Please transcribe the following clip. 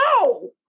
no